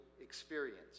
experience